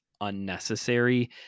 unnecessary